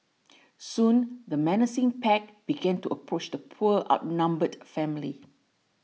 soon the menacing pack began to approach the poor outnumbered family